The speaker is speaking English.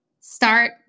start